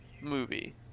movie